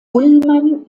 ullmann